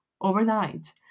overnight